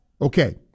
Okay